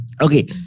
Okay